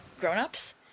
grownups